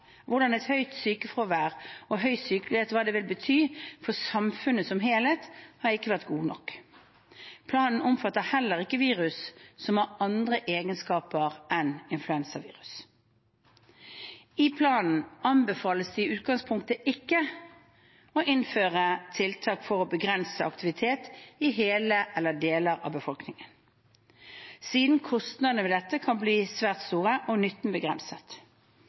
og høy sykelighet vil bety for samfunnet som helhet, har ikke vært gode nok. Planen omfatter heller ikke virus som har andre egenskaper enn influensavirus. I planen anbefales det i utgangspunktet ikke å innføre tiltak for å begrense aktivitet i hele eller deler av befolkningen siden kostnadene ved dette kan bli svært store og nytten begrenset.